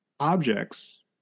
objects